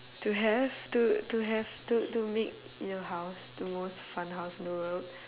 to have to to have to to make your house the most fun house in the world